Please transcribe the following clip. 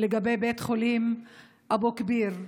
לגבי בית חולים אבו כביר,